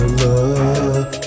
love